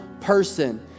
person